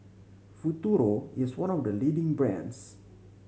Futuro is one of the leading brands